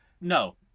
no